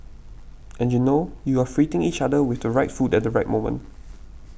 and you know you are each other with the right food at the right moment